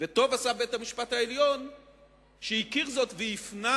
וטוב עשה בית-המשפט העליון שהכיר בזאת והפנה